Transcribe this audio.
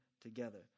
together